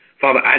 Father